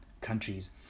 countries